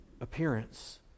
appearance